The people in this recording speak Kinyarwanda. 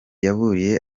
yaburiye